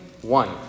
one